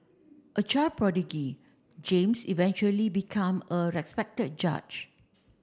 a child prodigy James eventually become a respected judge